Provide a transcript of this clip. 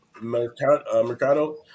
Mercado